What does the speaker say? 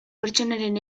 pertsonaren